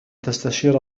تستشير